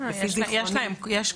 אני לא אומרת שאין